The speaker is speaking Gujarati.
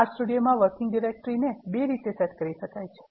R સ્ટુડિયોમાં વર્કિંગ ડિરેક્ટરીને બે રીતે સેટ કરી શકાય છે